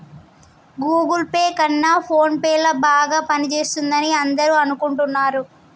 Google Pay కన్నా PhonePe ల బాగా పనిచేస్తుందని అందరూ అనుకుంటున్నారు